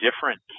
different